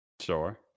Sure